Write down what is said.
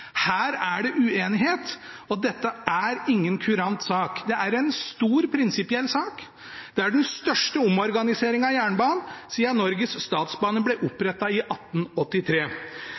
Her er det uenighet, og dette er ingen kurant sak. Det er en stor prinsipiell sak. Det er den største omorganiseringen av jernbanen siden Norges Statsbaner ble opprettet i 1883.